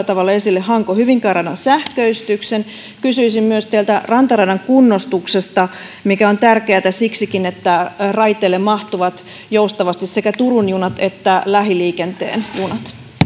tavalla esille hanko hyvinkää radan sähköistyksen kysyisin teiltä myös rantaradan kunnostuksesta mikä on tärkeätä siksikin että raiteille mahtuvat joustavasti sekä turun junat että lähiliikenteen